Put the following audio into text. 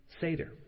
Seder